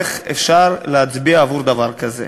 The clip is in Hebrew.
איך אפשר להצביע עבור דבר כזה.